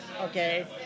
okay